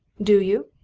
do you?